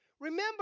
Remember